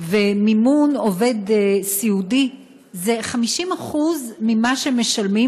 ומימון עובד סיעודי זה 50% ממה שמשלמים,